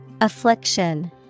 Affliction